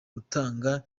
gutanga